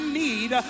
need